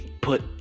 Put